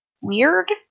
weird